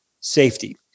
safety